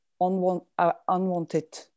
unwanted